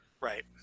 right